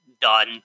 done